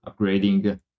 upgrading